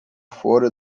fora